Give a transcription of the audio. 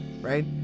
right